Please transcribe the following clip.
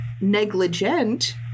negligent